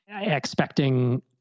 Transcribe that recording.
expecting